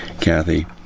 kathy